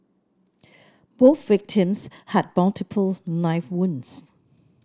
both victims had multiple knife wounds